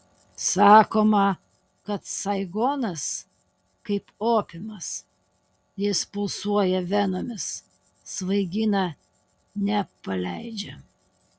sakoma kad saigonas kaip opiumas jis pulsuoja venomis svaigina nepaleidžia